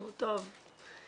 טוב,